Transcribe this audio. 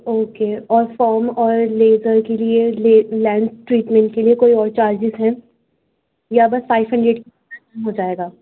okay اور form اور laser کے لیے لینس ٹریٹمنٹ کے لیے کوئی اور چارجز ہیں یا بس فائیو ہنڈریڈ ہو جائے گا